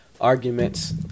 arguments